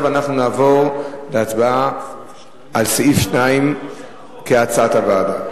אנחנו נעבור להצבעה על סעיף 2 כהצעת הוועדה.